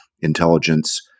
intelligence